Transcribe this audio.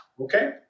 Okay